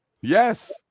Yes